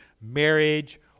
marriage